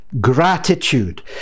gratitude